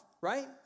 right